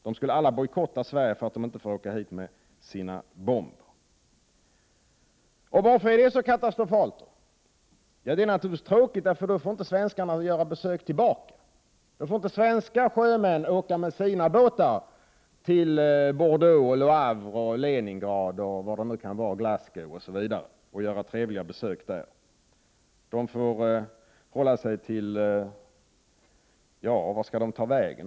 De skulle alla bojkotta Sverige för att de inte får åka hit med sina bomber. Varför är det då så katastrofalt? Det är naturligtvis tråkigt, eftersom svenskarna då inte får göra några besök i dessa länder. Då får svenska sjömän inte åka med sina båtar till Bordeaux, Le Havre, Leningrad, Glasgow, osv. och göra trevliga besök. Vart skall de då ta vägen?